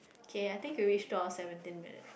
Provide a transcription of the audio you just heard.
okay I think we reach door seventeen word